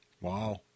wow